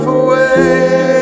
away